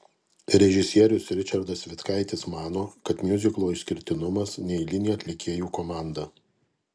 režisierius ričardas vitkaitis mano kad miuziklo išskirtinumas neeilinė atlikėjų komanda